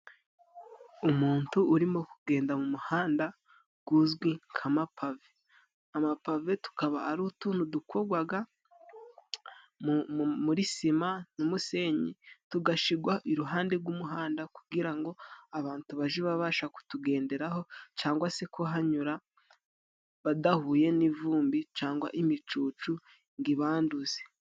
Umuntu urimo kugenda mu muhanda uzwi nk'amapave. Amapave tukaba ari utuntu dukorwaga muri sima n'umusenyi, tugashigwa iruhande rw'umuhanda kugira ngo abantu baje babasha kutugenderaho cyangwa se kuhanyura badahuye n'ivumbi cangwa imicucu ngo ibanduze.